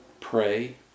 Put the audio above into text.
Pray